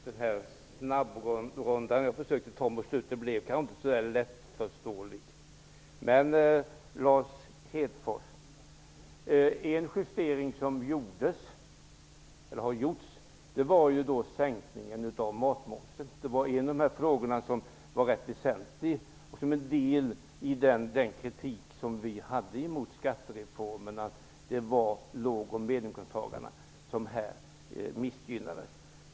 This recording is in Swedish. Herr talman! Snabbrundan mot slutet blev kanske inte så lättförståelig. En justering som har gjorts, Lars Hedfors, är sänkningen av matmomsen. Det var en av de frågor som var väsentlig och en del av den kritik vi hade mot skattereformen. Det var lågoch medelinkomsttagarna som missgynnades.